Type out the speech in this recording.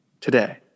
today